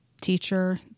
teacher